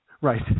Right